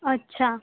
अच्छा